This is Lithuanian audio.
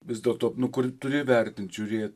vis dėl to nu kur turi vertint žiūrėt